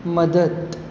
मदत